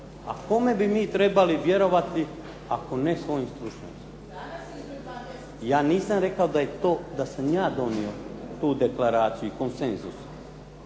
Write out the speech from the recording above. A kome bi mi trebali vjerovati ako ne našim stručnjacima. Ja nisam rekao da sam ja donio tu deklaraciju i konsenzus,